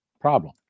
Problem